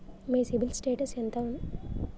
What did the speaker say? మీ CIBIL status ఎంత?